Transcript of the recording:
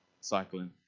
cycling